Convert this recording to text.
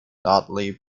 notley